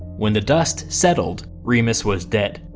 when the dust settled, remus was dead.